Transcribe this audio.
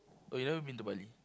oh you haven't been to Bali